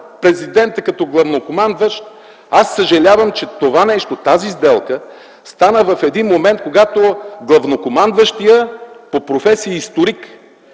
президента като главнокомандващ, аз съжалявам, че тази сделка стана в момент, когато главнокомандващият по професия е историк